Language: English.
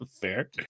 Fair